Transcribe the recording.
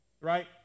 right